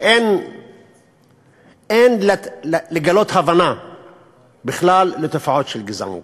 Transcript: אין לגלות בכלל הבנה לתופעות של גזענות,